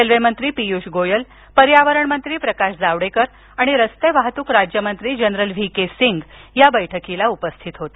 railway मंत्री पियुष गोयल पर्यावरणमंत्री प्रकाश जावडेकर आणि रस्ते वाहतुक राज्यमंत्री जनरल व्ही के सिंग या बैठकिला उपस्थित होते